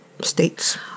states